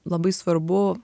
labai svarbu